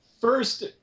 first